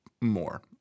more